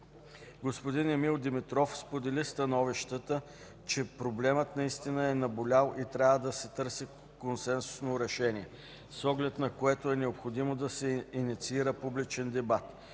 Господин Емил Димитров сподели становището, че проблемът наистина е наболял и трябва да се търси консенсусно решение, с оглед на което е необходимо да се инициира публичен дебат.